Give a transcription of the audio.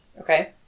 Okay